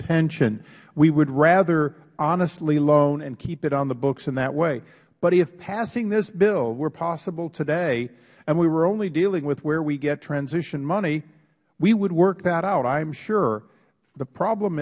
pension we would rather honestly loan and keep it on the books in that way but if passing this bill were possible today and we were only dealing with where we get transition money we would work that out i am sure the problem